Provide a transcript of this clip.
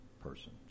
person